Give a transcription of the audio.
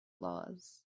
laws